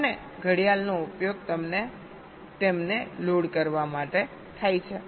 અને ઘડિયાળનો ઉપયોગ તેમને લોડ કરવા માટે થાય છે